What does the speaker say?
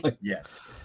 yes